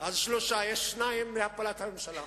יש שניים להפלת הממשלה.